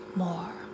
more